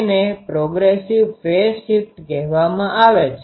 તેને progressive phase shift કહેવામાં આવે છે